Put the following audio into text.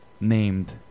named